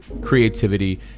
creativity